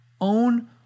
own